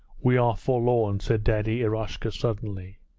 we are forlorn said daddy eroshka suddenly,